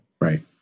Right